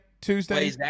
Tuesday